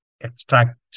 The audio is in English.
Extract